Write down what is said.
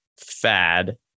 fad